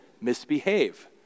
misbehave